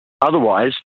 Otherwise